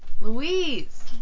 Louise